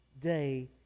day